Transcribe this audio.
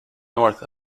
north